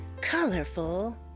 colorful